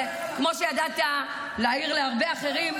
כמו שידעת להעיר להרבה אחרים,